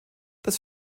das